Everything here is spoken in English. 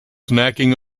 snacking